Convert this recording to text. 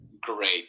great